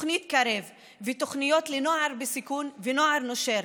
תוכנית קרב ותוכניות לנוער בסיכון ונוער נושר,